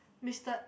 mister